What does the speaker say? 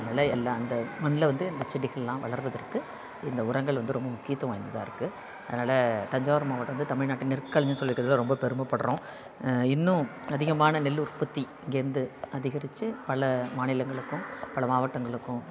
அதனால் எல்லா இந்த மண்ணில் வந்து இந்த செடிகளெலாம் வளர்கிறதற்கு இந்த உரங்கள் வந்து ரொம்ப முக்கியத்துவம் வாய்ந்ததாக இருக்குது அதனால் தஞ்சாவூர் மாவட்டம் வந்து தமிழ்நாட்டின் நெற்களஞ்சியம்னு சொல்லிக்கிறதில் ரொம்ப பெருமைப்பட்றோம் இன்னும் அதிகமான நெல் உற்பத்தி இங்கேருந்து அதிகரித்து பல மாநிலங்களுக்கும் பல மாவட்டங்களுக்கும்